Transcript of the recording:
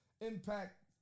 Impact